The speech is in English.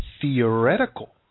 theoretical